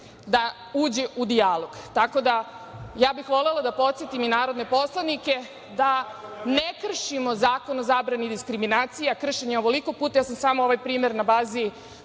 da uđe u dijalog. Ja bih volela da podsetim i narodne poslanike da ne kršimo Zakon o zabrani diskriminacije, a kršen je ovoliko puta. Ja sam samo ovaj primer, na bazi